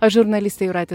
aš žurnalistė jūratė